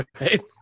Right